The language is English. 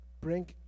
Bring